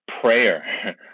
Prayer